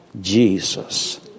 Jesus